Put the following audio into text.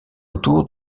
autour